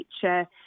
feature